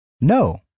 No